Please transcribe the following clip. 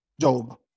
Job